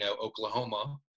Oklahoma